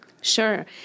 Sure